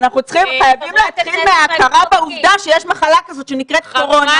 אנחנו חייבים להתחיל מהכרת העובדה שיש מחלה כזאת שנקראת קורונה,